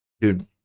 Dude